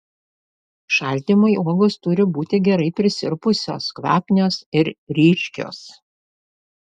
šaldymui uogos turi būti gerai prisirpusios kvapnios ir ryškios